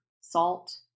salt